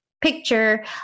picture